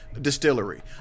distillery